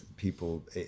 people